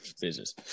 business